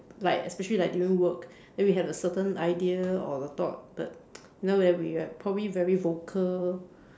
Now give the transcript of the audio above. like especially like during work then we have a certain idea or thought that where we are probably very vocal